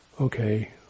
okay